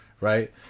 right